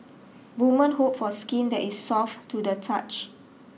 women hope for skin that is soft to the touch